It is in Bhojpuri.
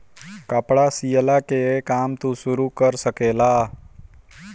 कपड़ा सियला के काम तू शुरू कर सकेला